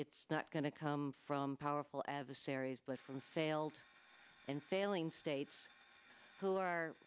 it's not going to come from powerful adversaries but from failed and failing states who are